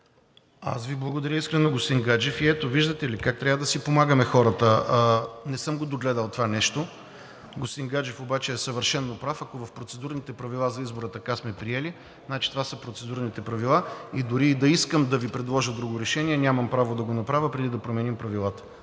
Аз Ви благодаря искрено, господин Гаджев. Ето, виждате ли как хората трябва да си помагаме? Не съм го догледал това нещо, но господин Гаджев е съвършено прав. Ако в Процедурните правила за избора така сме приели, значи това са Процедурните правила и дори да искам да Ви предложа друго решение, нямам право да го направя, преди да променим правилата.